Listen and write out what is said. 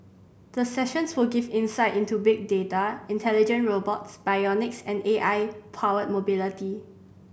the sessions will give insight into big data intelligent robots bionics and A I powered mobility